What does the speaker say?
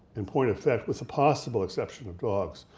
and point of fact, with the possible exception of dogs,